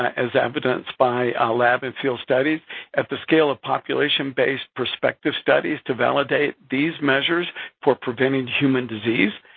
as evidenced by lab and field studies at the scale of population-base-prospective studies to validate these measures for preventing human disease.